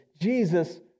Jesus